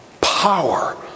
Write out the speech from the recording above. power